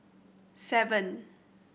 seven